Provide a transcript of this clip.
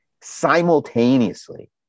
simultaneously